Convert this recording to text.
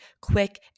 quick